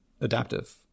Adaptive